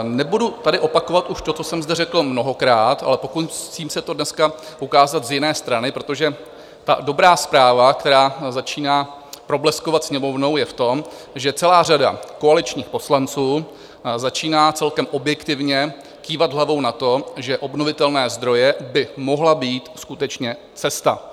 Nebudu tady opakovat už to, co jsem zde řekl mnohokrát, ale pokusím se to dneska ukázat z jiné strany, protože ta dobrá zpráva, která začíná probleskovat Sněmovnou, je v tom, že celá řada koaličních poslanců začíná celkem objektivně kývat hlavou na to, že obnovitelné zdroje by mohla být skutečně cesta.